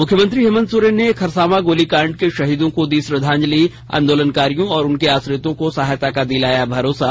मुख्यमंत्री हेमंत सोरेन ने खरसावां गोलीकांड के शहीदों को दी श्रद्वांजलि आंदोलनकारियों और उनके आश्रितों को सहायता का दिलाया भरोसा